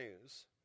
news